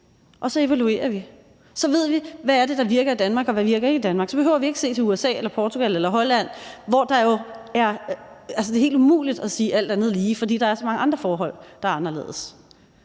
og så evaluerer vi. Så ved vi, hvad det er, der virker i Danmark, og hvad der ikke virker i Danmark. Så behøver vi ikke at se til USA eller Portugal eller Holland, hvor det jo er helt umuligt at sige »alt andet lige«, fordi der er så mange andre forhold, der er anderledes.